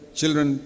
children